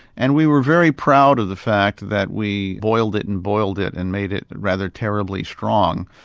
and we were very proud of the fact that we boiled it and boiled it and made it rather terribly strong,